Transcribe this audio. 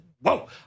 whoa